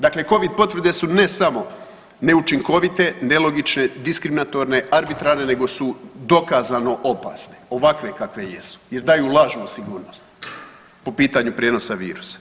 Dakle, Covid potvrde su ne samo neučinkovite, nelogične, diskriminatorne, arbitrarne nego su dokazano opasne ovakve kakve jesu jer daju lažnu sigurnost po pitanju prijenosa virusa.